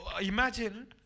Imagine